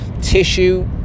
tissue